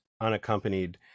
unaccompanied